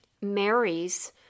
marries